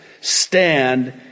stand